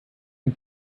den